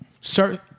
Certain